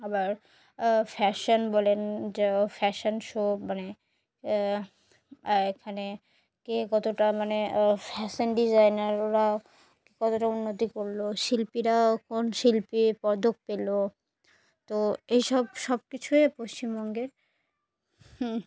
আবার ফ্যাশন বলেন যে ফ্যাশন শো মানে এখানে কে কতটা মানে ফ্যাশন ডিজাইনাররা কতটা উন্নতি করল শিল্পীরা কোন শিল্পী পদক পেল তো এইসব সব কিছুই পশ্চিমবঙ্গের